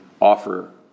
offer